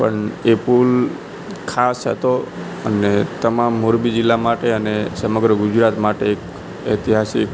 પણ એ પુલ ખાસ હતો અને તમામ મોરબી જિલ્લા માટે અને સમગ્ર ગુજરાત માટે એક ઐતિહાસિક